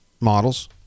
models